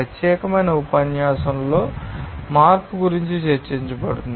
ప్రత్యేకమైన ఉపన్యాసంలో మార్పు గురించి చర్చించబడుతుంది